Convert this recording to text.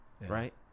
right